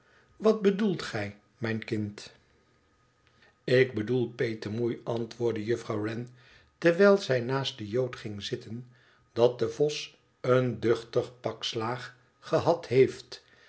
wat bedoelt gij mijn kind ik bedoel petemoei antwoordde juffrouw wren terwijl zij naast den jood ging zitten dat de vos een duchtig pak slaag gehad heeft